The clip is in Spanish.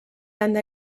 anda